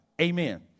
Amen